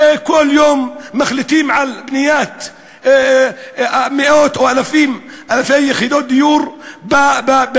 כל יום מחליטים על בניית מאות או אלפי יחידות דיור בערש,